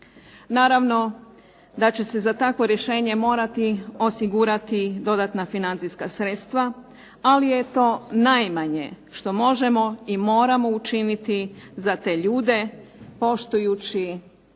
Naravno da će se za takvo rješenje morati osigurati dodatna financijska sredstava, ali je to najmanje što možemo i moramo učiniti za te ljude poštujući